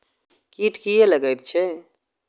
कीट किये लगैत छै?